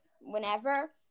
whenever